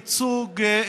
ייצוג,